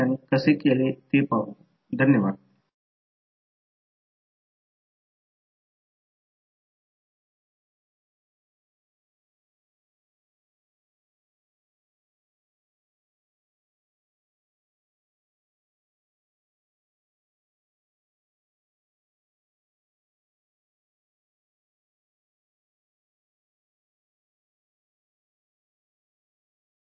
आता पहा आणि M निगेटिव्ह आहे की पॉझिटिव्ह M 2 नेहमी पॉझिटिव्ह असेल आणि ते L1 L2 2 M आहे